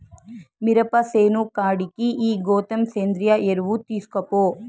మిరప సేను కాడికి ఈ గోతం సేంద్రియ ఎరువు తీస్కపో